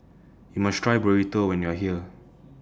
YOU must Try Burrito when YOU Are here